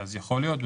מעבירים פיצוי